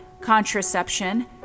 contraception